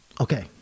Okay